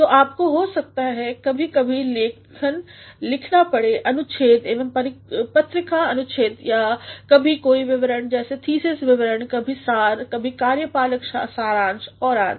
तो आपको हो सकता है कभी कभी लेख्य लिखने पड़े अनुच्छेद एवं पत्रिका अनुच्छेद या कभी कोई विवरण जैसे थीसिस विवरण कभी सार कभी कार्यपालक सारांश और आदि